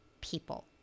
people